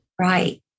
Right